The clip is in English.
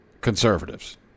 conservatives